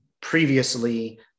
previously